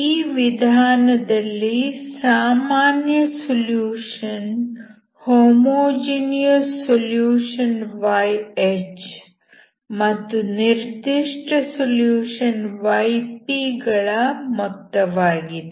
ಈ ವಿಧಾನದಲ್ಲಿ ಸಾಮಾನ್ಯ ಸೊಲ್ಯೂಷನ್ ಹೋಮೋಜೀನಿಯಸ್ ಸೊಲ್ಯೂಷನ್ ಮತ್ತು ನಿರ್ದಿಷ್ಟ ಸೊಲ್ಯೂಷನ್ ಗಳ ಮೊತ್ತವಾಗಿದೆ